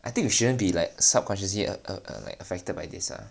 I think you shouldn't be like subconsciously err err like affected by this ah